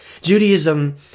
Judaism